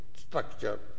structure